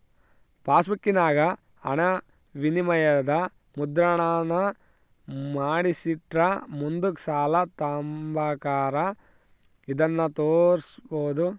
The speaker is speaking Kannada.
ಪಾಸ್ಬುಕ್ಕಿನಾಗ ಹಣವಿನಿಮಯದ ಮುದ್ರಣಾನ ಮಾಡಿಸಿಟ್ರ ಮುಂದುಕ್ ಸಾಲ ತಾಂಬಕಾರ ಇದನ್ನು ತೋರ್ಸ್ಬೋದು